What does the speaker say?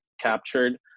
captured